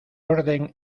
orden